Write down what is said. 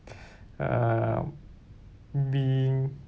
uh being